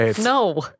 No